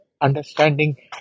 understanding